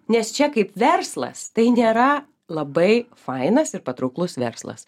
nes čia kaip verslas tai nėra labai fainas ir patrauklus verslas